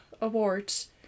awards